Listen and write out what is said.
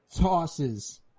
tosses